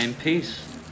Peace